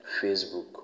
Facebook